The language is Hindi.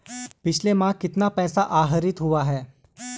पिछले माह कितना पैसा आहरित हुआ है?